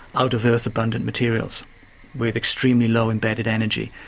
out-of-earth abundant materials with extremely low embedded energy.